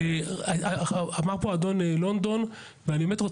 ואפילו אמרתי, אני אזמין אותם ואתן